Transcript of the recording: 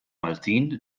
maltin